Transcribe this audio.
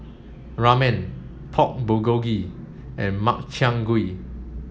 Ramen Pork Bulgogi and Makchang Gui